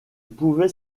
pouvait